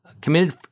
committed